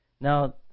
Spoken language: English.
Now